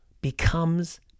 becomes